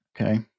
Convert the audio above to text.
okay